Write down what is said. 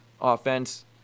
Offense